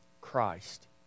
Christ